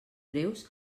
breus